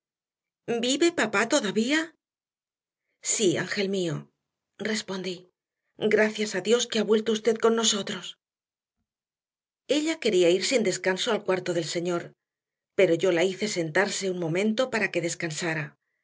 vive papá todavía sí ángel mío respondí gracias a dios que ha vuelto usted con nosotros ella quería ir sin descanso al cuarto del señor pero yo la hice sentarse un momento para que descansara